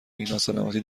ناسلامتی